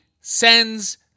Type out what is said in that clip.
sends